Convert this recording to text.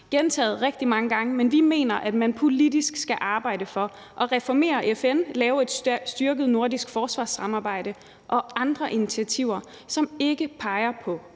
gentaget det rigtig mange gange, men vi mener, at man politisk skal arbejde for at reformere FN og lave et styrket nordisk forsvarssamarbejde og andre initiativer, som ikke peger på